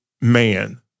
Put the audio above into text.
man